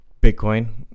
Bitcoin